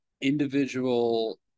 Individual